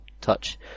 touch